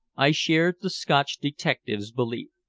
i shared the scotch detective's belief.